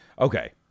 Okay